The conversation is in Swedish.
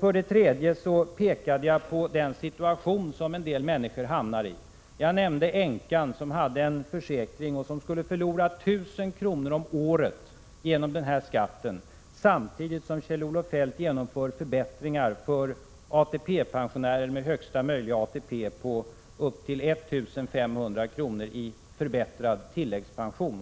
För det tredje pekade jag på den situation som en del människor hamnar i. Jag nämnde änkan som hade en försäkring och som skulle förlora 1 000 kr. om året genom denna skatt, samtidigt som Kjell-Olof Feldt genomför för ATP-pensionärer med högsta möjliga ATP förbättringar på upp till 1 500 kr. i förbättrad tilläggspension.